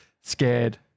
scared